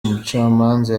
umucamanza